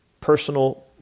personal